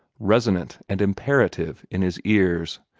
resonant and imperative, in his ears,